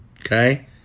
Okay